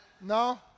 No